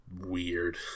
weird